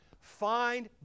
find